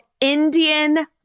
indian